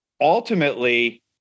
ultimately